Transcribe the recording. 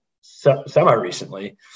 semi-recently